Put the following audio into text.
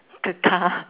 the car